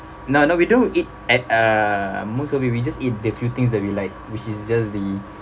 no no we don't eat at uh most of we we just eat the few things that we like which is just the